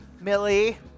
Millie